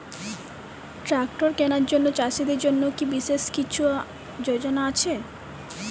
Tractor কেনার জন্য চাষীদের জন্য কী কিছু বিশেষ যোজনা আছে কি?